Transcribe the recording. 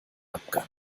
abgang